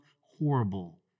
horrible